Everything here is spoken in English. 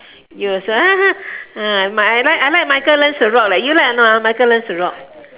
you also I like I like michael learns to rock leh you like or not ah michael learns to rock